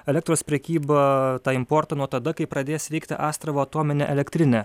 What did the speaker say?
elektros prekybą tą importą nuo tada kai pradės veikti astravo atominė elektrinė